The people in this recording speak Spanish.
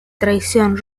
traición